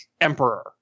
Emperor